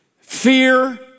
fear